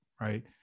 right